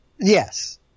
Yes